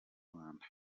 rwanda